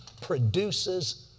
produces